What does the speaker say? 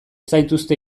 zaituzte